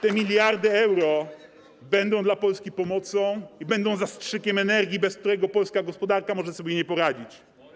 Te miliardy euro będą dla Polski pomocą i zastrzykiem energii, bez którego polska gospodarka może sobie nie poradzić.